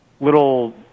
little